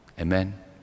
Amen